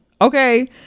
okay